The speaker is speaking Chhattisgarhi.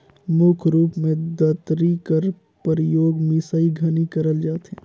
मुख रूप मे दँतरी कर परियोग मिसई घनी करल जाथे